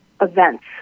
events